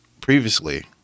previously